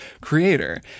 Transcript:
creator